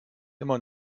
immer